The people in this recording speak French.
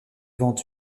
vente